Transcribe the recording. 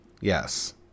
Yes